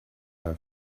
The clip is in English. her